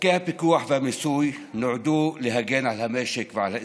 חוקי הפיקוח והמיסוי נועדו להגן על המשק ועל האזרחים,